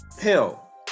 hell